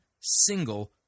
single